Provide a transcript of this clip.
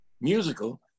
musical